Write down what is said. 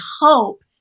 hope